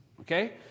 okay